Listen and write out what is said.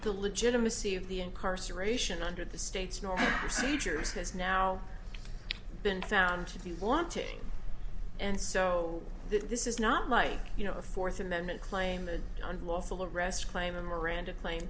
the legitimacy of the incarceration under the state's norm of seizures has now been found to be wanting and so this is not like you know a fourth amendment claim an unlawful arrest claim a miranda claim